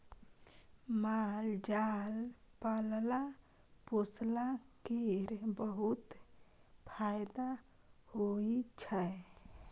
माल जाल पालला पोसला केर बहुत फाएदा होइ छै